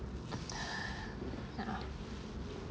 ya